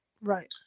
Right